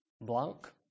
Blanc